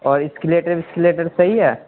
اور oscillator oscillator صحیح ہے